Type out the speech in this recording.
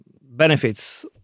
benefits